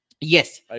yes